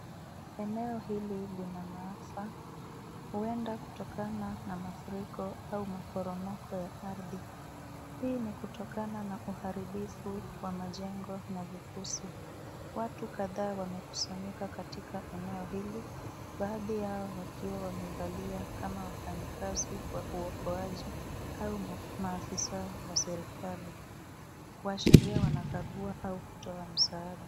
Eneo hili lina maafa, uenda kutokana na mafuriko au maboromoko wa aridhi. Hii ni kutokana na uharibifu wa majengo na vivusi. Watu kadhaa wamekusanyika katika eneo hili baadhi yao wakiwa wamevalia kama wafanye kazi wa uokoaji au maafisa wa serikali, kuashiria wanakagua au kutoa msaada.